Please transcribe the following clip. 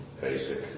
basic